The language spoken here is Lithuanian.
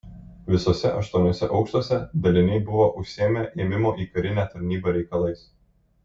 visuose aštuoniuose aukštuose daliniai buvo užsiėmę ėmimo į karinę tarnybą reikalais